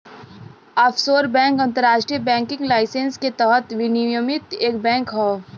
offshore bank अंतरराष्ट्रीय banking license के तहत विनियमित एक बैंक हौ